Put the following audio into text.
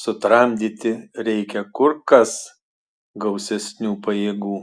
sutramdyti reikia kur kas gausesnių pajėgų